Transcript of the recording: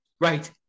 Right